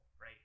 right